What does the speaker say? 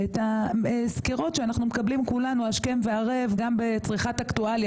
ואת הסקירות שאנחנו מקבלים כולנו השכם והערב גם בצריכת אקטואליה,